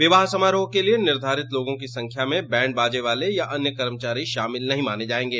विवाह समारोह के लिये निर्धारित लोगों की संख्या में बैंडबाजे वाले या अन्य कर्मचारी शामिल नहीं माने जायेंगे